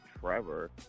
Trevor